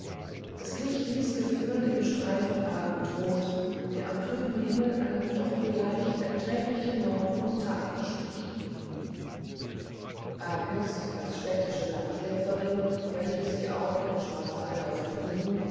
es glich dieß gefühl dem streifen abendroth der am trüben himmel einen doch vielleicht erträglichen morgen und tag verspricht agnes als städtische langschläferin welche sie auch in schwarzwaldau verblieben